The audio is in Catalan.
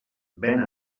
ven